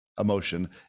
emotion